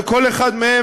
וכל אחד מהם,